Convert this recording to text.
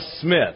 Smith